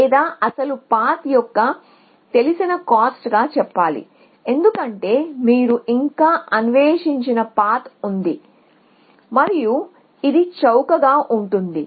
లేదా అసలు పాత్ యొక్క తెలిసిన కాస్ట్ గా చెప్పాలి ఎందుకంటే మీరు ఇంకా అన్వేషించని పాత్ ఉంది మరియు ఇది చౌకగా ఉంటుంది